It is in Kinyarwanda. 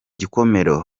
gikomero